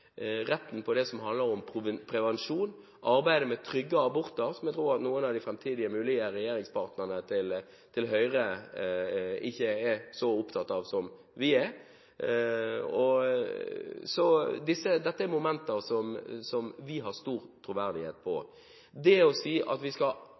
prevensjon, arbeidet med trygge aborter – som jeg tror at noen av de fremtidige mulige regjeringspartnerne til Høyre ikke er så opptatt av som vi er. Dette er momenter der vi har stor troverdighet.